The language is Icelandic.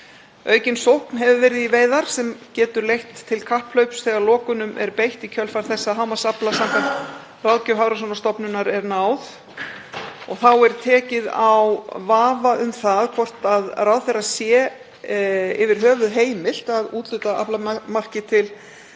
Aukin sókn hefur verið í veiðar sem getur leitt til kapphlaups þegar lokunum er beitt í kjölfar þess að hámarksafla samkvæmt ráðgjöf Hafrannsóknastofnunar er náð. Þá er tekið á vafa um það hvort ráðherra sé yfir höfuð heimilt að úthluta aflamarki til